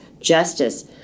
justice